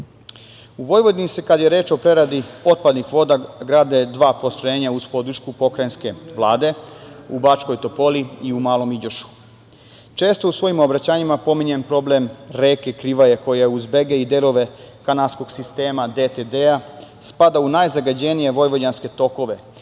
Vojvodini se, kada je reč o preradi otpadnih voda, grade dva postrojenja uz podršku Pokrajinske vlade, u Bačkoj Topoli i u Malom Iđošu. Često u svojim obraćanjima pominjem problem reke Krivaje, koja uz Begej i delove kanalskog sistema DTD spada u najzagađenije vojvođanske tokove,